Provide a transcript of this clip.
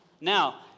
Now